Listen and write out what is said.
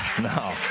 No